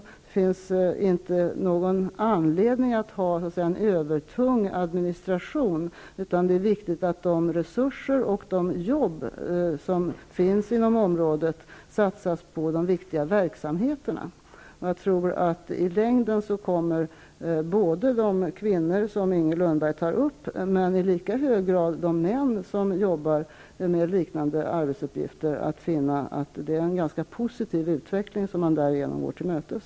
Det finns inte någon anledning att ha så att säga en övertung administration, utan det är viktigt att de resurser och de jobb som finns inom området satsas på de väsentliga verksamheterna. Jag tror att i längden kommer de kvinnor som Inger Lundberg talar om och i lika hög grad de män som jobbar med motvarande arbetsuppgifter att finna att det är en ganska positiv lösning som man därigenom går till mötes.